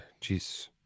jeez